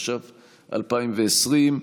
התש"ף 2020,